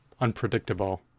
unpredictable